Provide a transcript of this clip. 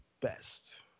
best